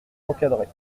encadrées